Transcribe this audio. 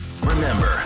Remember